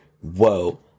Whoa